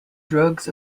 drugs